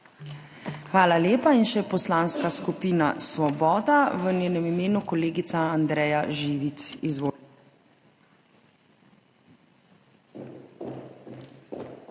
Hvala lepa. Še Poslanska skupina Svoboda, v njenem imenu kolegica Andreja Živic.